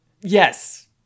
Yes